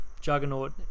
juggernaut